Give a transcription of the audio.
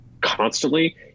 constantly